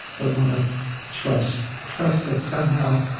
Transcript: but one of trust, trust that, somehow,